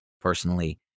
personally